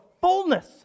fullness